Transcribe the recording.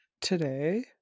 today